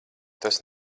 tas